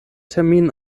termin